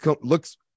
looks